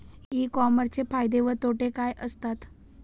E कॉमर्सचे फायदे व तोटे काय असतात?